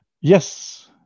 Yes